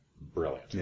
brilliant